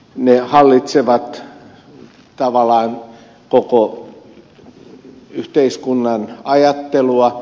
ne hallitsevat tavallaan koko yhteiskunnan ajattelua